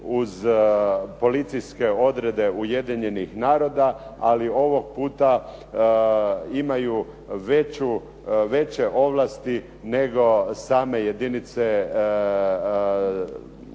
uz policijske odrede Ujedinjenih naroda ali ovog puta imaju veće ovlasti nego same jedinice Ujedinjenih naroda,